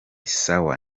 sawa